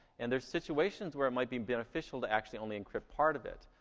and there's situations where it might be beneficial to actually only encrypt part of it.